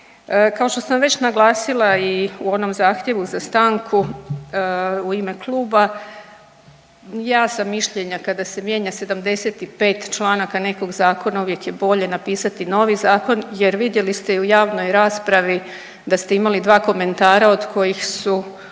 Kao što sam već naglasila i u onom zahtjevu za stanku u ime kluba, ja sam mišljenja kada se mijenja 75 članaka nekog zakona uvijek bolje napisati novi zakon. Jer vidjeli ste i u javnoj raspravi da ste imali dva komentara od kojih su